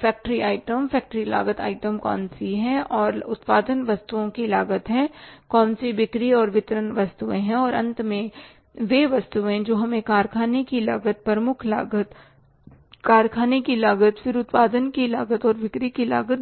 factory item factory लागत item कौन से हैं जो उत्पादन वस्तुओं की लागत हैं कौन सी बिक्री और वितरण वस्तुएँ हैं और अंत में वे वस्तुएँ जो हमें कारखाने की लागत प्रमुख लागत कारखाने की लागत फिर उत्पादन की लागत और बिक्री की लागत देती हैं